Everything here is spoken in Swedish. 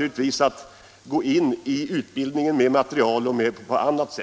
nu gå in i utbildningen med material och annat.